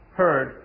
heard